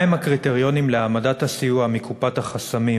מה הם הקריטריונים להעמדת הסיוע מקופת החסמים?